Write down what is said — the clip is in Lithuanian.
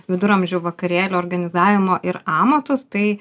viduramžių vakarėlių organizavimo ir amatus tai